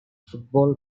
football